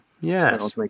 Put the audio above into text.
yes